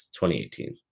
2018